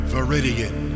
Viridian